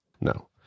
No